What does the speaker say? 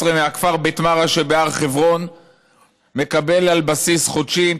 מהכפר בית עמרה שבהר חברון מקבל על בסיס חודשי.